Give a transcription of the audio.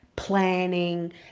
planning